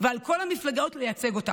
ועל כל המפלגות לייצג אותם.